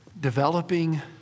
Developing